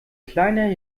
kleiner